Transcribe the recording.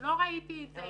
לא ראיתי את זה.